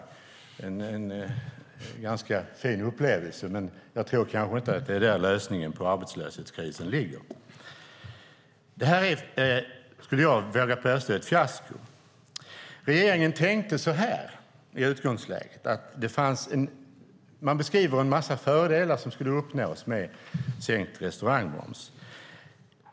Det är en ganska fin upplevelse, men jag tror kanske inte att det är där lösningen på arbetslöshetskrisen ligger. Jag vågar påstå att detta är ett fiasko. Regeringen beskriver en massa fördelar som skulle uppnås med sänkt restaurangmoms.